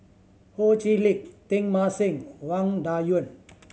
Ho Chee Lick Teng Mah Seng Wang Dayuan